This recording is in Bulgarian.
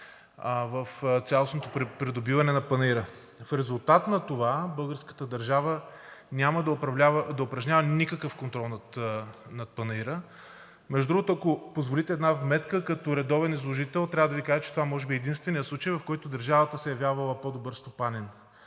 в цялостното придобиване на Панаира. В резултат на това българската държава няма да упражнява никакъв контрол над Панаира. Ако позволите една вметка. Като редовен изложител трябва да Ви кажа, че това може би е единственият случай, в който държавата се е явявала по-добър стопанин